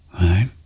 right